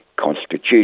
constitution